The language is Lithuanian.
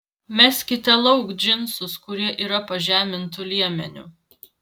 meskite lauk džinsus kurie yra pažemintu liemeniu